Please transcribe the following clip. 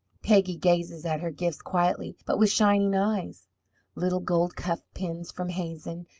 peggy gazes at her gifts quietly, but with shining eyes little gold cuff pins from hazen,